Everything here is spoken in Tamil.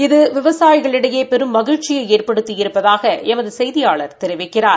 இது விவசாயிகளிடையே பெரும் மகிழ்ச்சியை ஏற்படுத்தியிருப்பதாக எமது செய்தியாளா் தெரிவிக்கிறார்